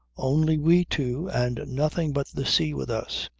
only we two and nothing but the sea with us.